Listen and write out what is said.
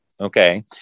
Okay